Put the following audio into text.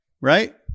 Right